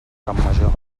campmajor